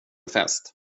fest